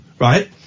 right